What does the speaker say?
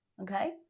okay